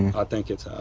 i think it's